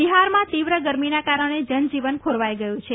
બિહારમાં તીવ્ર ગરમીના કારણે જનજીવન ખોરવાઈ ગયું છે